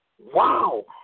Wow